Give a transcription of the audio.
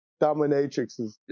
dominatrixes